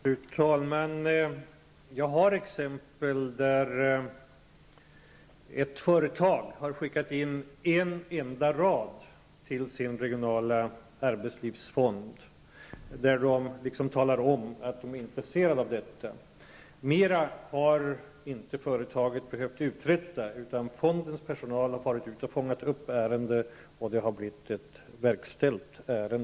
Fru talman! Jag har exempel på att ett företag har skickat in en enda rad till sin regionala arbetslivsfond och talat om att man är intresserad av att få bidrag från fonden. Mera har inte företaget behövt uträtta, utan fondens personal har farit ut och fångat upp ärendet, vilket resulterat i att ett beslut har verkställts.